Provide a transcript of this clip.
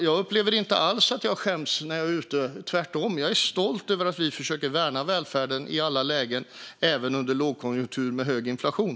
Jag skäms alltså inte alls när jag är ute - tvärtom. Jag är stolt över att vi försöker värna välfärden i alla lägen, även under lågkonjunktur med hög inflation.